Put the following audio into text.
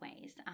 ways